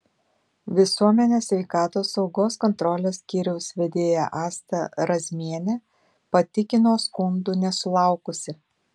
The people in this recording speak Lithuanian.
visuomenės sveikatos saugos kontrolės skyriaus vedėja asta razmienė patikino skundų nesulaukusi